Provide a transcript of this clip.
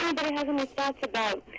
has any thoughts about